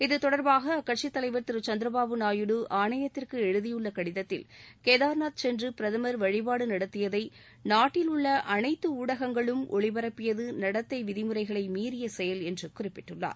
இது தொடர்பாக அக்கட்சி தலைவர் திரு சந்திரபாபு நாயுடு ஆணையத்திற்கு எழுதியுள்ள கடிதத்தில் கேதார்நாத் சென்று பிரதமர் வழபாடு நடத்தியதை நாட்டில் உள்ள அனைத்து ஊடகங்களும் ஒளிப்பரப்பியது நடத்தை விதிமுறைகளை மீறிய செயல் என்று குறிப்பிட்டுள்ளார்